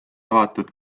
avatud